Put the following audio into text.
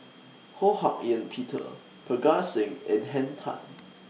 Ho Hak Ean Peter Parga Singh and Henn Tan